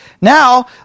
Now